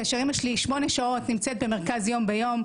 כאשר אימא שלי שמונה שעות נמצאת במרכז יום ביום,